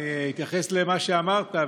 אני אתייחס למה שאמרת,